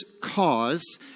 cause